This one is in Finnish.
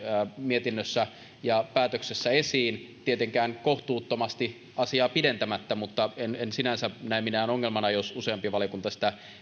mietinnössä ja päätöksessä esiin tietenkään kohtuuttomasti asiaa pidentämättä mutta en en sinänsä näe minään ongelmana jos useampi valiokunta